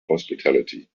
hospitality